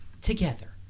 together